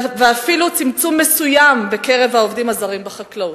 ואפילו צמצום מסוים בקרב העובדים הזרים בחקלאות.